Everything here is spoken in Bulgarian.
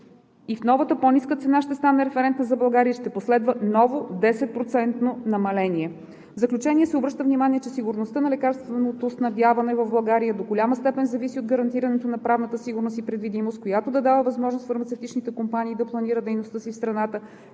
че новата по-ниска цена ще стане референтна за България и ще последва ново 10% намаление. В заключение се обръща внимание, че сигурността на лекарственото снабдяване в България до голяма степен зависи от гарантирането на правната сигурност и предвидимост, която да дава възможност фармацевтичните компании да планират дейността си в страната